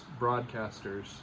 broadcasters